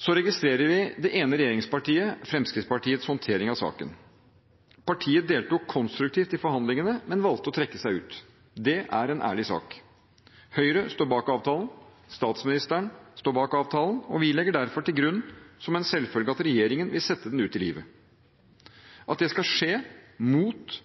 Vi registrerer det ene regjeringspartiets – Fremskrittspartiets – håndtering av saken. Partiet deltok konstruktivt i forhandlingene, men valgte å trekke seg ut. Det er en ærlig sak. Høyre står bak avtalen, statsministeren står bak avtalen, og vi legger derfor til grunn som en selvfølge at regjeringen vil sette den ut i livet. At det skal skje